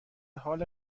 حال